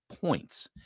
points